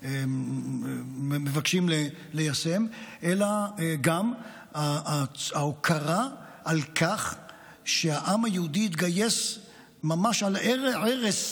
מבקשים ליישם אלא גם ההוקרה על כך שהעם היהודי התגייס ממש על ערש